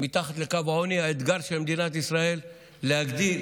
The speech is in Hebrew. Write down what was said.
מתחת לקו העוני, האתגר של מדינת ישראל הוא להגדיל